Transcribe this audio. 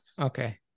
Okay